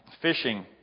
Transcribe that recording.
fishing